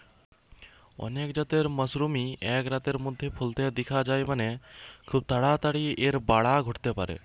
অনেক জাতের মাশরুমই এক রাতের মধ্যেই ফলতে দিখা যায় মানে, খুব তাড়াতাড়ি এর বাড়া ঘটতে পারে